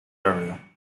area